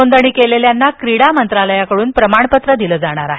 नोंदणी केलेल्यांना क्रीडा मंत्रालयाकडून प्रमाणपत्र दिलं जाणार आहे